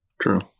True